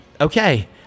okay